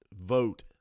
vote